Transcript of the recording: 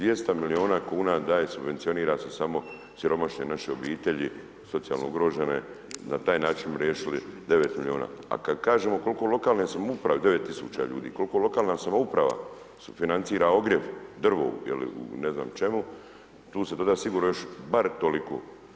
200 milijona kuna daje subvencionira se samo siromašne naše obitelji, socijalno ugrožene, na taj način bi riješili 9 miliona, a kad kažemo kolko lokalne samouprave, 9.000 ljudi, kolko lokalna samouprava sufinancira ogrjev drvo je li u ne znam čemu tu se doda bar toliko.